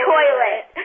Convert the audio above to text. Toilet